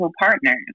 partners